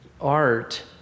art